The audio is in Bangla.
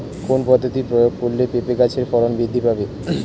কোন পদ্ধতি প্রয়োগ করলে পেঁপে গাছের ফলন বৃদ্ধি পাবে?